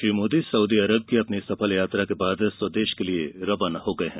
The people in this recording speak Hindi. श्री मोदी सउदी अरब की अपनी सफल यात्रा के बाद स्वदेश के लिए रवाना हो गये हैं